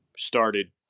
started